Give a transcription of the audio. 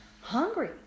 hungry